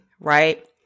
right